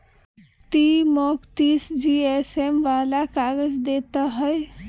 ती मौक तीस जीएसएम वाला काग़ज़ दे ते हैय्